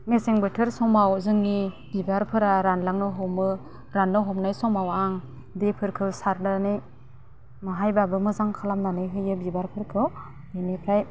मेसें बोथोर समाव जोंनि बिबारफोरा रानलांनो हमो रान्नो हमनाय समाव आं दैफोरखौ सारनानै महायबाबो मोजां खालामनानै होयो बिबारफोरखौ बिनिफ्राय